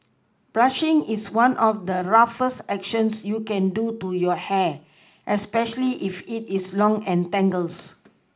brushing is one of the roughest actions you can do to your hair especially if it is long and tangles